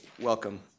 welcome